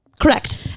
correct